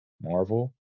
Marvel